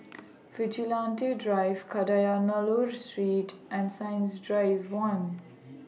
Vigilante Drive Kadayanallur Street and Science Drive one